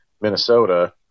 Minnesota